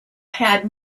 had